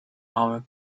our